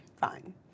fine